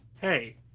Hey